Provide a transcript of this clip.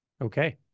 Okay